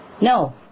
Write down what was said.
No